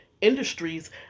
industries